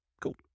Cool